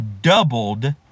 doubled